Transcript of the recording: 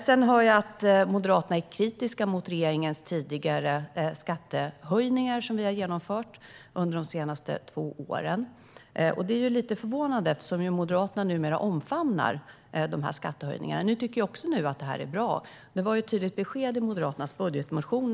Sedan hör jag att Moderaterna är kritiska mot de skattehöjningar som regeringen har genomfört under de senaste två åren. Det är lite förvånande, eftersom Moderaterna numera omfamnar dessa skattehöjningar. Ni tycker också att detta är bra nu. Det var ett tydligt besked i Moderaternas budgetmotion.